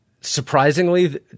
surprisingly